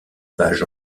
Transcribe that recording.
pages